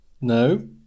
No